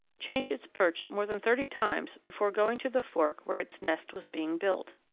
change its perch more than thirty times before going to the fork where its nest was being built.